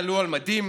למה לא עד סוף השנה?